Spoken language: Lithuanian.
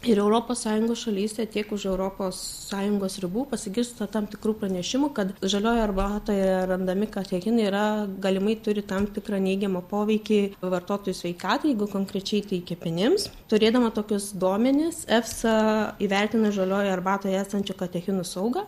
ir europos sąjungos šalyse tiek už europos sąjungos ribų pasigirsta tam tikrų pranešimų kad žaliojoj arbatoje randami katechinai yra galimai turi tam tikrą neigiamą poveikį vartotojų sveikatai jeigu konkrečiai tai kepenims turėdama tokius duomenis esa įvertina žaliojoje arbatoje esančių katechinų saugą